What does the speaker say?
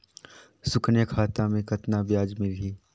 सुकन्या खाता मे कतना ब्याज मिलही?